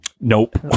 Nope